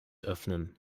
öffnen